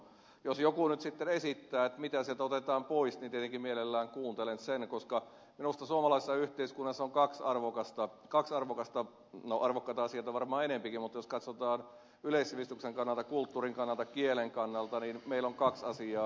jos joku nyt sitten esittää mitä sieltä otetaan pois niin tietenkin mielelläni kuuntelen sen koska minusta suomalaisessa yhteiskunnassa on kaksi arvokasta no arvokkaita asioita on varmaan enempikin mutta jos katsotaan yleissivistyksen kannalta kulttuurin kannalta kielen kannalta asiaa